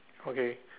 okay